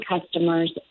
customers